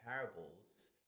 parables